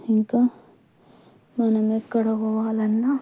ఇంకా మనం ఎక్కడ పోవాలన్నా